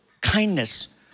kindness